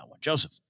Joseph